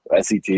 SET